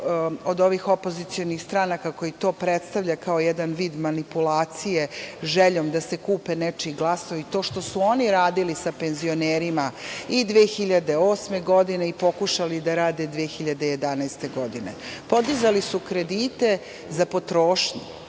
od ovih opozicionih stranaka koja to predstavlja kao jedan vid manipulacije željom da se kupe nečiji glasovi. To što su oni radili sa penzionerima i 2008. godine i pokušali da rade 2011. godine. Podizali su kredite za potrošnju,